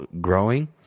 growing